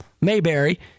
Mayberry